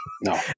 No